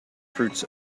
fruits